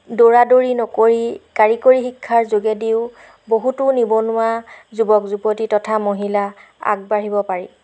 দৌৰাদৌৰি নকৰি কাৰিকৰী শিক্ষাৰ যোগেদিও বহুতো নিবনুৱা যুৱক যুৱতী তথা মহিলা আগবাঢ়িব পাৰি